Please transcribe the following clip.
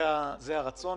זה הרצון,